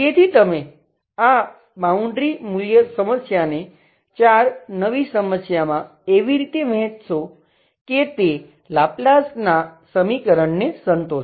તેથી તમે આ બાઉન્ડ્રી મૂલ્ય સમસ્યાને 4 નવી સમસ્યામાં એવી રીતે વહેચશો કે તે લાપ્લાસના સમીકરણને સંતોષે